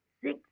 six